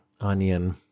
Onion